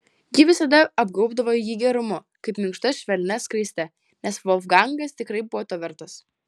ji visada apgaubdavo jį gerumu kaip minkšta švelnia skraiste nes volfgangas tikrai buvo to vertas